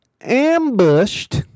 Ambushed